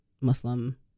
Muslim